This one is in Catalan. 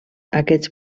aquests